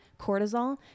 cortisol